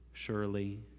Surely